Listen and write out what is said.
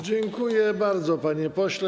Dziękuję bardzo, panie pośle.